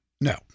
No